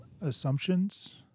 assumptions